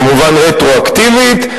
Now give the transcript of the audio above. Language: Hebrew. כמובן רטרואקטיבית,